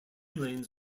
lanes